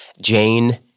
jane